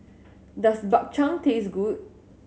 does Bak Chang taste good